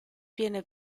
viene